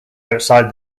outside